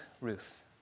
Ruth